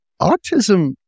Autism